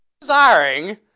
desiring